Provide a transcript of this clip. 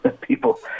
people